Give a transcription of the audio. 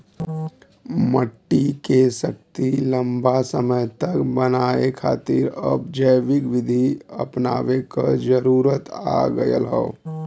मट्टी के शक्ति लंबा समय तक बनाये खातिर अब जैविक विधि अपनावे क जरुरत आ गयल हौ